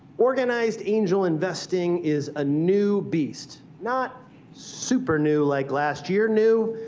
organized angel investing is a new beast, not super new, like last year new.